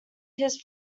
his